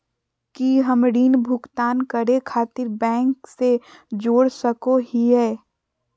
की हम ऋण भुगतान करे खातिर बैंक से जोड़ सको हियै?